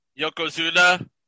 Yokozuna